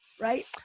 right